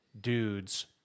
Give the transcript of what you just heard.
dudes